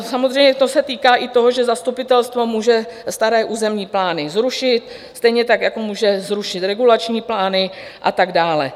Samozřejmě to se týká i toho, že zastupitelstvo může staré územní plány zrušit, stejně tak jako může zrušit regulační plány a tak dále.